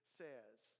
says